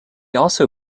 also